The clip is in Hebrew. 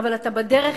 אבל אתה יודע מה?